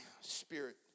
spirit